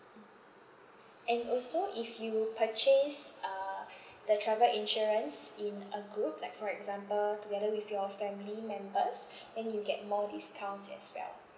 and also if you purchase uh the travel insurance in a group like for example together with your family members then you get more discounts as well